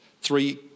Three